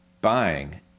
Buying